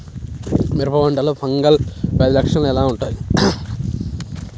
మిరప పంటలో ఫంగల్ వ్యాధి లక్షణాలు ఎలా వుంటాయి?